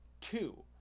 two